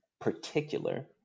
particular